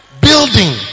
Building